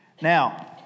Now